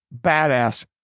badass